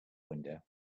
window